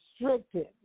restricted